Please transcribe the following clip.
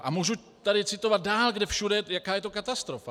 A můžu tady citovat dál, kde všude, jaká je to katastrofa.